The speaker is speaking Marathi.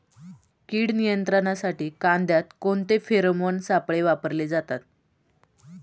कीड नियंत्रणासाठी कांद्यात कोणते फेरोमोन सापळे वापरले जातात?